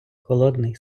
холодний